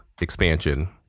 expansion